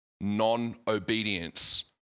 non-obedience